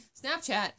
Snapchat